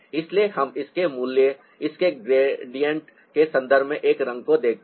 इसलिए हम इसके मूल्य इसके ग्रेडिएंट के संदर्भ में एक रंग को देखते हैं